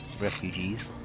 refugees